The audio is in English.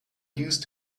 used